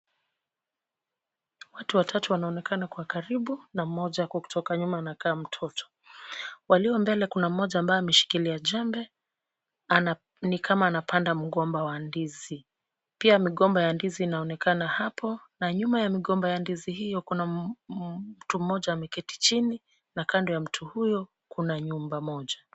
Watu watatu wanaonekana kwa karibu na mmoja kwa kutoka nyuma anakaa mtoto. Walio mbele kuna mmoja ambaye ameshikilia jembe ni kama anapanda mgomba wa ndizi. Pia migomba ya ndizi inaonekana hapo na nyuma ya migomba ya ndizi hiyo kuna mtu mmoja ameketi chini na kando ya mtu huyo kuna nyumba mmoja.